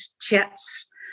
chats